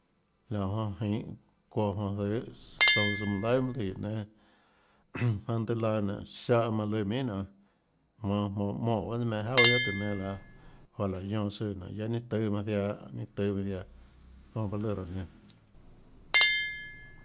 Laã jonã jinhå çuoã jonå zøhê tsouã tsøã manã laihà mønâ lùã guióå nénâ jmaønâ mønâ tøhê laã nénå ziáhã manã lùã minhà nionê jmonå jmonå monè bahâ tsùà meinhâ jauà guiohà tùhå nénâ laã juáhã láhã guionã tsøã nonê guiaâ ninâ tùâ manã ziaã jonã bahâ lùã raã nenã.